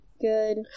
Good